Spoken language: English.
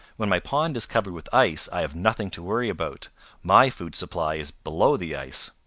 when my pond is covered with ice i have nothing to worry about my food supply is below the ice.